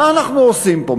מה אנחנו עושים פה?